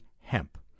hemp